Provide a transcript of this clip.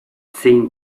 zein